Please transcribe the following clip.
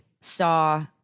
saw